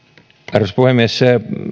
arvoisa puhemies